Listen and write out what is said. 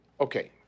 Okay